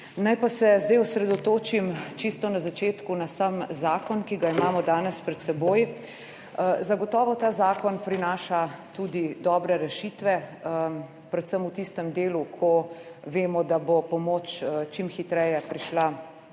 Naj pa se zdaj, čisto na začetku osredotočim na sam zakon, ki ga imamo danes pred seboj. Zagotovo ta zakon prinaša tudi dobre rešitve, predvsem v tistem delu, ko vemo, da bo pomoč čim hitreje prišla